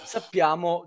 Sappiamo